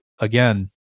again